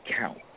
count